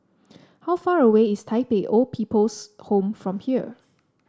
how far away is Tai Pei Old People's Home from here